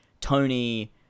Tony